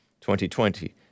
2020